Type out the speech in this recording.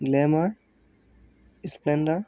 glamour splendor